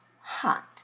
hot